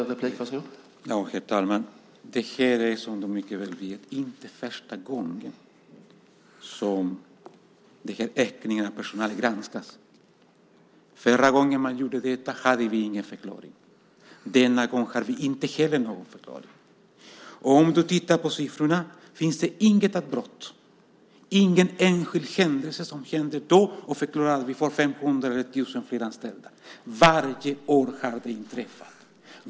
Herr talman! Det är, som du mycket väl vet, inte första gången som den här ökningen av personal granskas. Förra gången man gjorde detta hade vi ingen förklaring. Inte heller den här gången har vi någon förklaring. Om du tittar på siffrorna ser du att det inte finns något avbrott, ingen enskild händelse som förklarar att vi får 500 eller 1 000 fler anställda. Varje år har det inträffat.